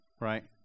right